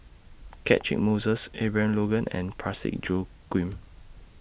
Catchick Moses Abraham Logan and Parsick Joaquim